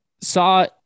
saw